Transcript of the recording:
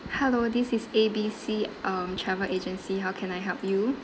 hello this is A B C um travel agency how can I help you